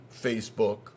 Facebook